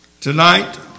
Tonight